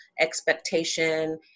expectation